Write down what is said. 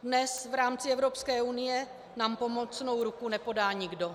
Dnes v rámci Evropské unie nám pomocnou ruku nepodá nikdo.